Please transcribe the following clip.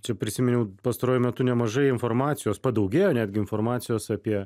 čia prisiminiau pastaruoju metu nemažai informacijos padaugėjo netgi informacijos apie